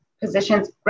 positions